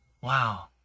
Wow